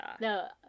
No